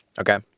Okay